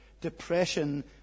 depression